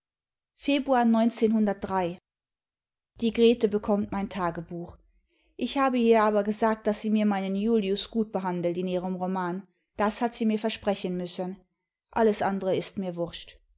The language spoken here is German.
die grete bekommt mein tagebuch ich habe ihr aber gesagt daß sie mir meinen julius gut bethandelt in ihrem roman das hat sie mir versprechen müssen alles andere ist mir